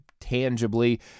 tangibly